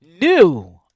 new